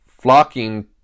flocking